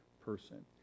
person